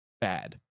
bad